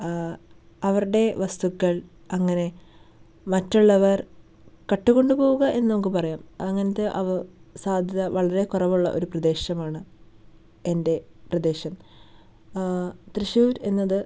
അവരുടെ വസ്തുക്കള് അങ്ങനെ മറ്റുള്ളവര് കട്ടുകൊണ്ടുപോകുക എന്നു നമുക്ക് പറയാം അതങ്ങനത്തെ അവ സാദ്ധ്യത വളരെ കുറവുള്ള ഒരു പ്രദേശമാണ് എന്റെ പ്രദേശം തൃശ്ശൂര് എന്നത്